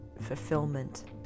fulfillment